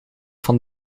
van